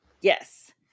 Yes